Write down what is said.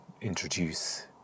introduce